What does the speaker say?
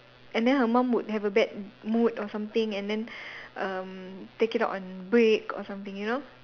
and then her mom would have a bad mood or something and then um take it out on Brick or something you know